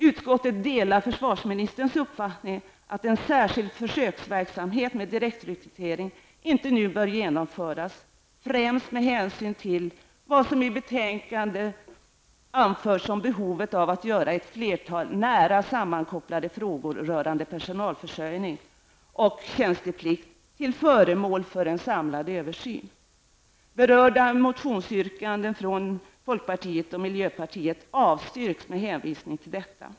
Utskottet delar försvarsministerns uppfattning att en särskild försöksverksamhet med direktrekrytering inte nu bör genomföras, främst med hänsyn till vad som anförts i betänkandet om behovet av att göra ett flertal nära sammankopplade frågor rörande personalförsörjningen och tjänsteplikt till föremål för en samlad översyn. Berörda motionsyrkanden från folkpartiet och miljöpartiet avstyrks med hänvisning till detta.